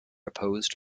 opposed